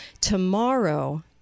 Tomorrow